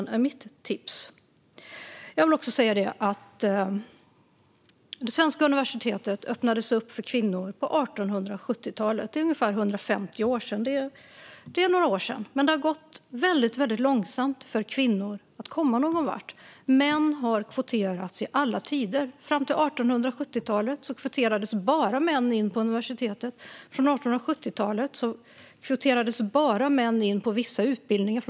Det är mitt tips. Det svenska universitetet öppnades för kvinnor på 1870-talet. Det är ungefär 150 år sedan. Det är några år sedan, men det har gått väldigt långsamt för kvinnor att komma någon vart. Män har kvoterats i alla tider. Fram till 1870-talet kvoterades bara män in på universitetet. Från 1870-talet kvoterades bara män in på vissa utbildningar.